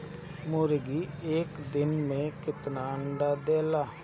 मुर्गी एक दिन मे कितना अंडा देला?